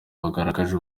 bagaragaje